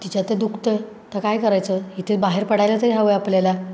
तिच्या ते दुखतं आहे तर काय करायचं इथे बाहेर पडायला तरी हवं आहे आपल्याला